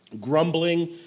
grumbling